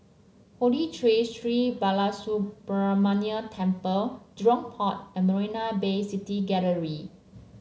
Holy Tree Sri Balasubramaniar Temple Jurong Port and Marina Bay City Gallery